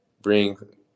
bring